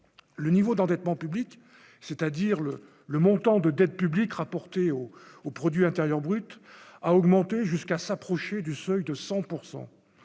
le niveau d'endettement public, c'est-à-dire le le montant de dette publique rapportée au au produit intérieur brut a augmenté jusqu'à s'approcher du seuil de 100